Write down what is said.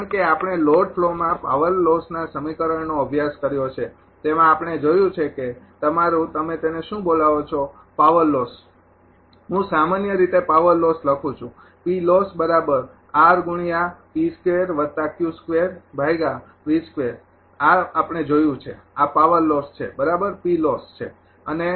કારણ કે આપણે લોડ ફ્લોમાં પાવર લોસનાં સમીકરણનો અભ્યાસ કર્યો છે તેમાં આપણે જોયું છે કે તમારું તમે તેને શું બોલાવો છો પાવર લોસ હું સામાન્ય રીતે પાવર લોસ લખું છું આ આપણે જોયું છે આ પાવર લોસ છે બરાબર આ છે અને